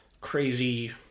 crazy